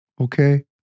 Okay